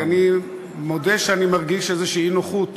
אני מודה שאני מרגיש איזו אי-נוחות